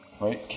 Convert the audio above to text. right